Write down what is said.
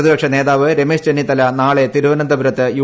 പ്രതിപക്ഷ നേതാവ് രമേശ് ചെന്നിത്തല നാളെ തിരുവനന്തപുരത്ത് യു